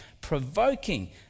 provoking